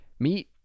Meet